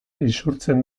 isurtzen